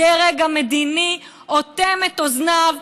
הדרג המדיני אוטם את אוזניו.